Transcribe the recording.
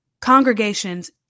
congregations